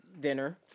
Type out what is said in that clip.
dinner